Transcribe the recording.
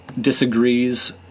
disagrees